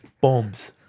bombs